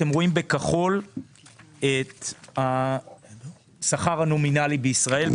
אתם רואים בכחול את השכר הנומינלי בישראל,